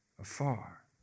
afar